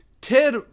Ted